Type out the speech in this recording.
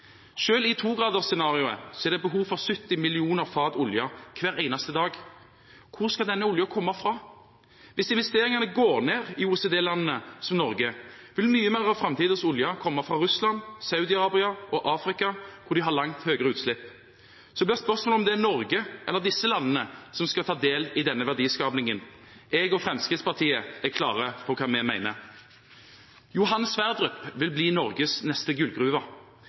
i 2-gradersscenarioet er det behov for 70 millioner fat olje hver eneste dag. Hvor skal denne oljen komme fra? Hvis investeringene går ned i OECD-landene, som Norge, vil mye mer av framtidens olje komme fra Russland, Saudi-Arabia og Afrika, og de har langt høyere utslipp. Da er spørsmålet om det er Norge eller disse landene som skal ta del i denne verdiskapingen. Jeg og Fremskrittspartiet er klare på hva vi mener. Johan Sverdrup-feltet vil bli Norges neste gullgruve.